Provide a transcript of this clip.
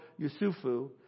Yusufu